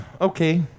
okay